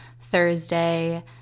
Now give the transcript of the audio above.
Thursday